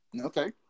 Okay